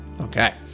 Okay